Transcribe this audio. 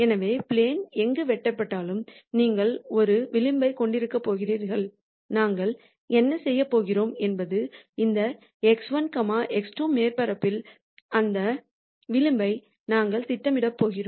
எனவே ப்ளேன் எங்கு வெட்டப்பட்டாலும் நீங்கள் ஒரு விளிம்பைக் கொண்டிருக்கப் போகிறீர்கள் நாங்கள் என்ன செய்யப் போகிறோம் என்பது இந்த x1 x2 மேற்பரப்பில் அந்த விளிம்பை நாங்கள் திட்டமிடப் போகிறோம்